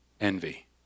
envy